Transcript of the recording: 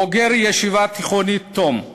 בוגר הישיבה התיכונית תו"ם.